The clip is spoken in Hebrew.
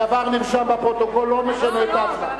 הדבר נרשם בפרוטוקול, לא משנה את ההצבעה.